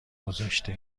گذاشته